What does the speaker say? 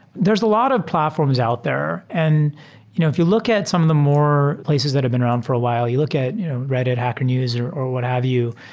there's a lot of platforms out there. and you know if you look at some of the more places that have been around for a while, you look at reddit, hacker news, or or what have you,